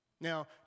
Now